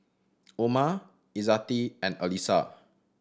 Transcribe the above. Umar Izzati and Alyssa